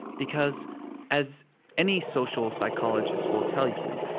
because as any social psychologist will tell you,